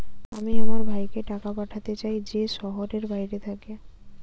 আমি আমার ভাইকে টাকা পাঠাতে চাই যে শহরের বাইরে থাকে